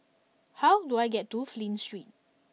how do I get to Flint Street